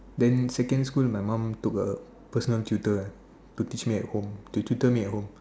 then secondary school my mom took a personal tutor ah to teach me at home to tutor me at home